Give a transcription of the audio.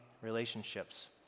relationships